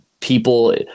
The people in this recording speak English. people